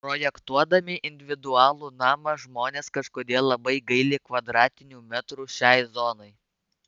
projektuodami individualų namą žmonės kažkodėl labai gaili kvadratinių metrų šiai zonai